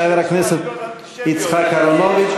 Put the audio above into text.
חבר הכנסת יצחק אהרונוביץ.